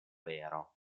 vero